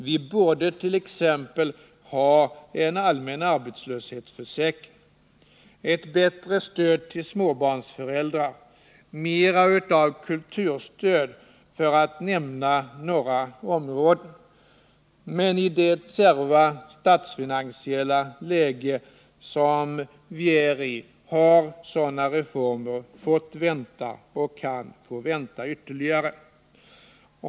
Vi borde t.ex. ha en allmän arbetslöshetsförsäkring, ett bättre stöd till småbarnsföräldrar, mera av kulturstöd, för att nämna några områden. Men i det kärva statsfinansiella läge som vi är i har sådana reformer fått vänta och kan få vänta ytterligare.